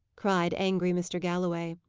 cried angry mr. galloway.